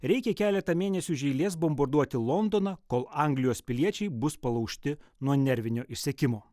reikia keletą mėnesių iš eilės bombarduoti londoną kol anglijos piliečiai bus palaužti nuo nervinio išsekimo